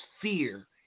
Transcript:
fear